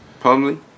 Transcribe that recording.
Pumley